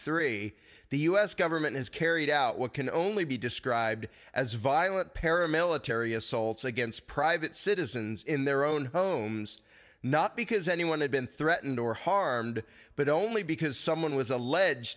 three the us government has carried out what can only be described as violent paramilitary assaults against private citizens in their own homes not because anyone had been threatened or harmed but only because someone was allege